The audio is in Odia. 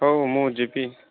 ହଉ ମୁଁ ଯିବି